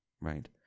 right